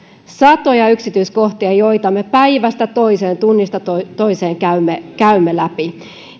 satoja yksityiskohtia joita me päivästä toiseen tunnista toiseen käymme käymme läpi